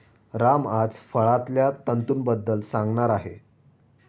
राम आज फळांतल्या तंतूंबद्दल सांगणार आहे